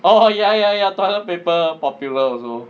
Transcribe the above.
oh ya ya ya toilet paper popular also